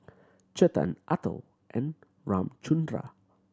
Chetan Atal and Ramchundra